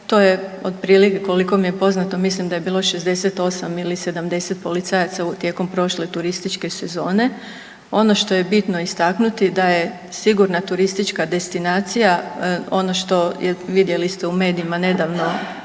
To je otprilike koliko mi je poznato mislim da je bilo 68 ili 70 policajaca tijekom prošle turističke sezone. Ono što je bitno istaknuti da je sigurna turistička destinacija ono što je vidjeli ste u medijima nedavno